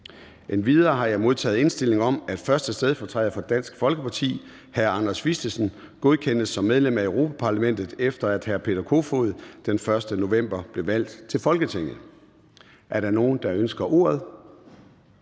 Endelig har jeg modtaget indstilling om, at 1. stedfortræder for Dansk Folkeparti, Anders Vistisen, godkendes som medlem af Europa-Parlamentet, efter at Peter Kofod den 1. november 2022 blev valgt til Folketinget. Er der nogen, der ønsker ordet?